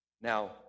Now